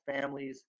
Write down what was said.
families